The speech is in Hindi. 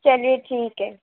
चलिए ठीक है